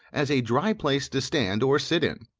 as a dry place to stand or sit in,